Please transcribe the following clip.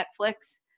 Netflix